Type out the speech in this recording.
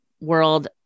world